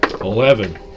Eleven